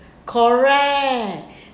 correct